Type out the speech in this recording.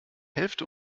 hälfte